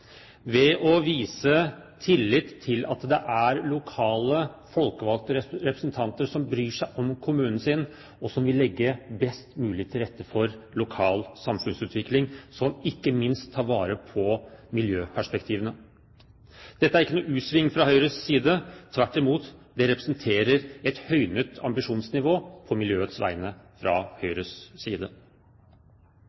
ved å vise tillit til at lokalt folkevalgte representanter bryr seg om kommunen sin og vil legge best mulig til rette for en lokal samfunnsutvikling, som ikke minst tar vare på miljøperspektivene. Dette er ikke noen u-sving fra Høyres side – tvert imot, det representerer et høynet ambisjonsnivå på miljøets vegne.